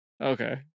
Okay